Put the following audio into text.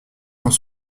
dans